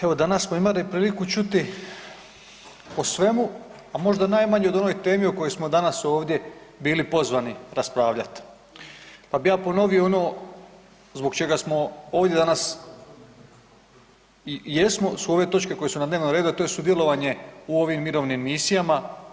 Evo danas smo imali priliku čuti o svemu, a možda najmanje o onoj temi o kojoj smo danas ovdje bili pozvani raspravljat, pa bi ja ponovio ono zbog čega smo ovdje danas i jesmo su ove točke koje su na dnevnom redu, a to je sudjelovanje u ovim mirovnim misijama.